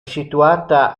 situata